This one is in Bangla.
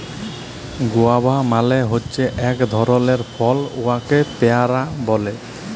গুয়াভা মালে হছে ইক ধরলের ফল উয়াকে পেয়ারা ব্যলে